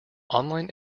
online